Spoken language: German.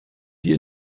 die